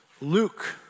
Luke